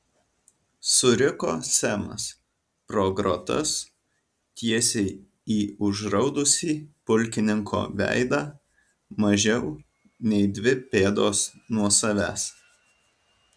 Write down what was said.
suriko semas pro grotas tiesiai į užraudusį pulkininko veidą mažiau nei dvi pėdos nuo savęs